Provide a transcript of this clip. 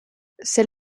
c’est